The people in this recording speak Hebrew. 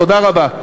תודה רבה.